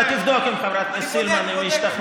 אתה תבדוק עם חברת הכנסת סילמן אם היא השתכנעה.